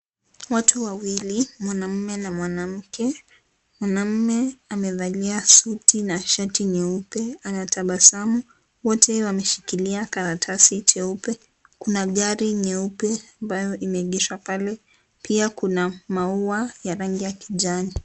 Watu wawili, mwanaume na mwanamke, mwanaume amevalia suti na shati nyeupe, anatabasamu. Wote wameshikilia karatasi cheupe. Kuna gari nyeupe ambayo imeegeshwa pale. pia Kuna maua ya rangi ya kijani.